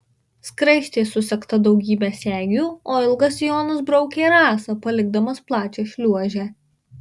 skraistė susegta daugybe segių o ilgas sijonas braukė rasą palikdamas plačią šliuožę